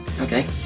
Okay